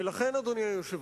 ולכן, אדוני היושב-ראש,